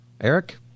Eric